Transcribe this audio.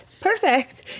Perfect